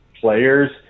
players